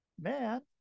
man